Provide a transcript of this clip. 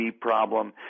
problem